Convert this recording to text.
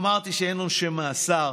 אמרתי שאין עונשי מאסר,